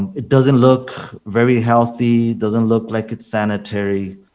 and it doesn't look very healthy. doesn't look like it's san ah tayry.